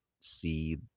see